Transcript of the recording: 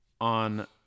On